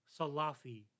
Salafi